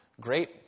great